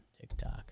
TikTok